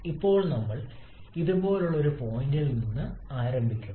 ഇപ്പോൾ നമ്മൾ ഇതുപോലുള്ള ഒരു പോയിന്റിൽ നിന്ന് ആരംഭിക്കുന്നു